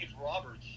Roberts